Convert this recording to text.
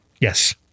Yes